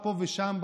הלוואי.